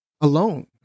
alone